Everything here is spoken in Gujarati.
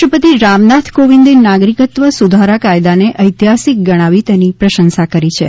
રાષ્ટ્રપતિ રામનાથ કોવિંદે નાગરીકત્વ સુધારા કાયદાને ઐતિહાસીક ગણાવી તેની પ્રશંસા કરી છે